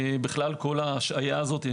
בכלל כל ההשעיה שקיימת,